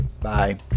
Bye